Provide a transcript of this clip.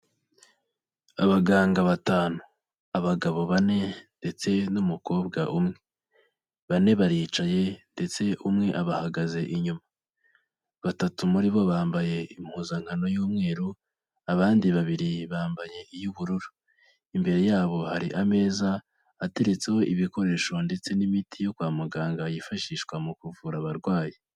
Abaganga batanu abagabo bane ndetse n'umukobwa umwe, bane baricaye ndetse umwe abahagaze inyuma, batatu muri bo bambaye impuzankano y'umweru abandi babiri bambaye iy'ubururu, imbere yabo hari ameza ateretseho ibikoresho ndetse n'imiti yo kwa muganga yifashishwa mu kuvura abarwayi.